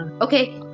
okay